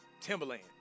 Timberland